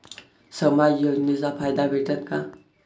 समाज योजनेचा फायदा भेटन का?